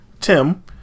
Tim